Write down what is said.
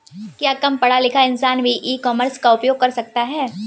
क्या कम पढ़ा लिखा किसान भी ई कॉमर्स का उपयोग कर सकता है?